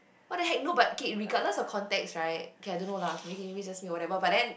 what the heck no but okay regardless of context right okay I don't know lah maybe it's just me or whatever but then